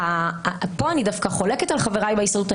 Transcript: פה אני דווקא חולקת על חבריי בהסתדרות.